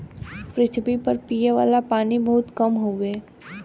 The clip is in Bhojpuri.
पृथवी पर पिए वाला पानी बहुत कम हउवे